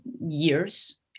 years